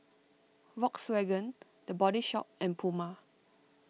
Volkswagen the Body Shop and Puma